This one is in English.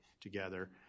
together